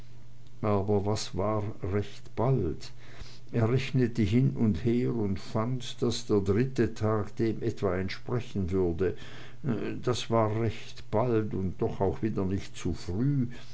aber was war recht bald er rechnete hin und her und fand daß der dritte tag dem etwa entsprechen würde das war recht bald und doch auch wieder nicht zu früh